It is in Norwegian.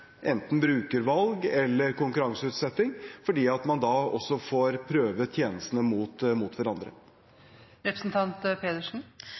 enten brukervalg eller konkurranseutsetting, fordi at man da også får prøve tjenestene mot